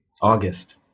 August